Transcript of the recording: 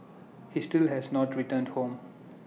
he still has not returned home